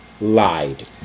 lied